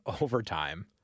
overtime